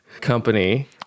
company